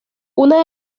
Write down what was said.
una